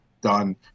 done